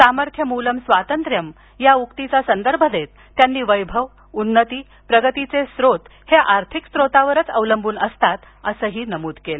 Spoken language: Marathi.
सामर्थ्य मूलं स्वातंत्र्यम या उक्तीचा संदर्भ देत त्यांनी वैभव उन्नती प्रगतीचे स्रोत आर्थिक स्रोतावरच अवलंबून असतात असं नमूद केलं